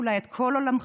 אולי את כל עולמכם,